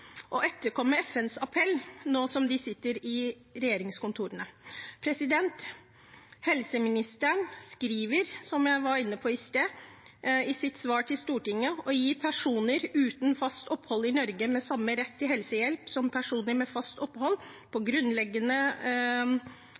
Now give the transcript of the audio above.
å etterkomme FNs appell nå som de sitter i regjeringskontorene. Helseministeren skriver, som jeg var inne på i sted, i sitt svar til Stortinget: «Å gi personer uten fast opphold i Norge samme rett til helsehjelp som personer med fast opphold på